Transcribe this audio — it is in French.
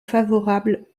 favorable